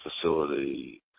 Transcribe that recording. facility